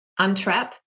untrap